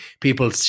people